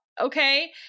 Okay